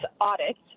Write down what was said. audits